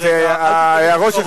היושב-ראש,